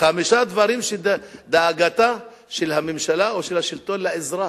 חמישה דברים שהם הדאגה של הממשלה או של השלטון לאזרח.